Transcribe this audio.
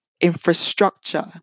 infrastructure